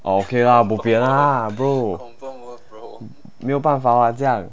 orh K lah bo pian lah bro 没有办法 [what] 这样